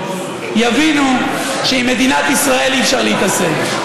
יבינו שעם מדינת ישראל אי-אפשר להתעסק.